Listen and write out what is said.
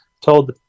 told